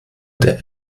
der